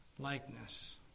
likeness